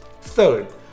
Third